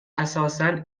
اساسا